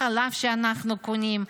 החלב שאנחנו קונים,